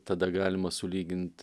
tada galima sulygint